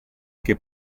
che